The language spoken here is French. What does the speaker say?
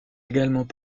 également